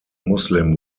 muslim